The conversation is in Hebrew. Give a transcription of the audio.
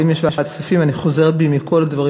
אבל אם יש ועדת כספים, אני חוזרת בי מכל הדברים